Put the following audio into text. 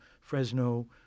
Fresno